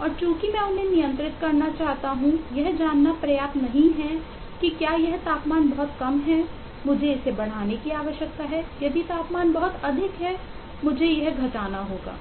और चूंकि मैं उन्हें नियंत्रित करना चाहता हूं यह जानना पर्याप्त नहीं है कि क्या यह तापमान बहुत कम है मुझे इसे बढ़ाने की आवश्यकता है यदि तापमान बहुत अधिक है मुझे यह घटाना होगा